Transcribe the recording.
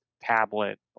tablet